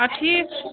ادٕ ٹھیٖک چھُ